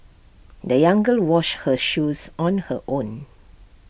the young girl washed her shoes on her own